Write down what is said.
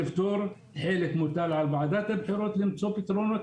חלק מוטל על ועדת הבחירות למצוא פתרונות,